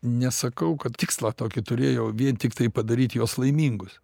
nesakau kad tikslą tokį turėjau vien tiktai padaryt juos laimingus